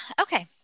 Okay